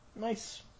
Nice